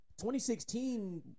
2016